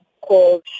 called